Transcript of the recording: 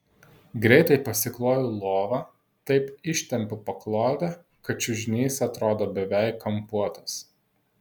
greitai pasikloju lovą taip ištempiu paklodę kad čiužinys atrodo beveik kampuotas